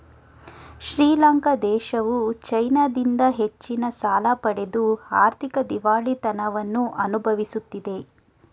ಶ್ರೀಲಂಕಾ ದೇಶವು ಚೈನಾದಿಂದ ಹೆಚ್ಚಿನ ಸಾಲ ಪಡೆದು ಆರ್ಥಿಕ ದಿವಾಳಿತನವನ್ನು ಅನುಭವಿಸುತ್ತಿದೆ